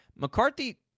McCarthy